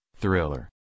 Thriller